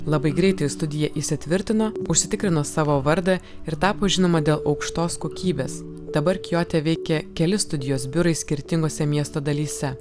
labai greitai studija įsitvirtino užsitikrino savo vardą ir tapo žinoma dėl aukštos kokybės dabar kiote veikia keli studijos biurai skirtingose miesto dalyse